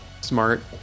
smart